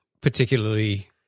particularly